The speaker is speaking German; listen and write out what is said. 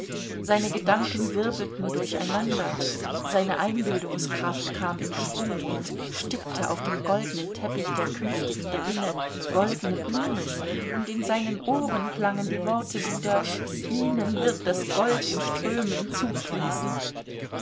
seine gedanken wirbelten durcheinander seine einbildungskraft kam in schwung und stickte auf dem goldenen teppich der künftigen gewinne goldene blumen und in seinen ohren klangen die worte wider ihnen wird das gold in strömen zufließen